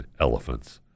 elephants